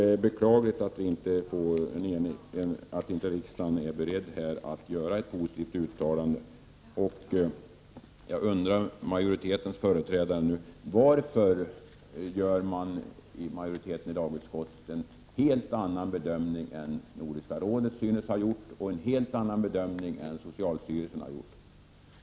Det är beklagligt att riksdagen inte är beredd att göra ett positivt uttalande i detta sammanhang. Jag skulle vilja fråga utskottsmajoritetens företrädare: Varför gör majoriteten i lagutskottet en helt annan bedömning än Nordiska rådet synes ha gjort och än den som socialstyrelsen har gjort?